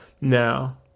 Now